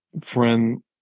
friend